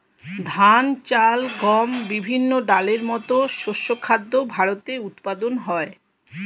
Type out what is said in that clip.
ধান, চাল, গম, বিভিন্ন ডালের মতো শস্য খাদ্য ভারতে উৎপাদন হয়